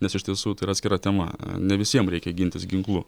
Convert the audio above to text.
nes iš tiesų tai yra atskira tema ne visiem reikia gintis ginklu